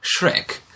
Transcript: Shrek